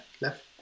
left